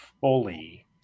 fully